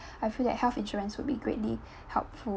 I feel that health insurance would be greatly helpful